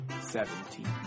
Seventeen